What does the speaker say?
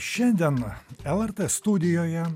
šiandien lrt studijoje